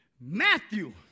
Matthew